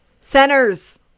Centers